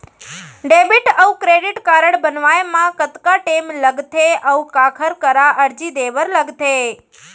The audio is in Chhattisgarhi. डेबिट अऊ क्रेडिट कारड बनवाए मा कतका टेम लगथे, अऊ काखर करा अर्जी दे बर लगथे?